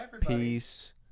Peace